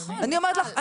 אני אומרת לך,